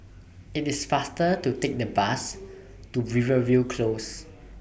IT IS faster to Take The Bus to Rivervale Close